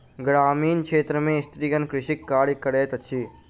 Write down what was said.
ग्रामीण क्षेत्र में स्त्रीगण कृषि कार्य करैत अछि